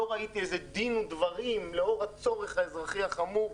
ראיתי איזה דין ודברים לאור הצורך האזרחי החמור.